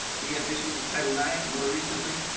we have issues of title nine, more recently,